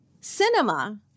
cinema